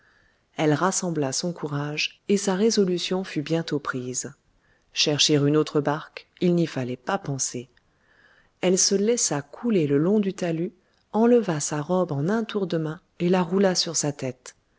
elle rassembla son courage et sa résolution fut bientôt prise chercher une autre barque il n'y fallait pas penser elle se laissa couler le long du talus enleva sa robe en un tour de main et la roula sur sa tête